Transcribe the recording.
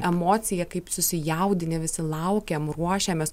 emociją kaip susijaudinę visi laukiam ruošiamės